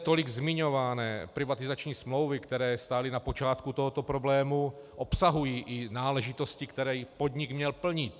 Zde tolik zmiňované privatizační smlouvy, které stály na počátku tohoto problému, obsahují i náležitosti, které podnik měl plnit.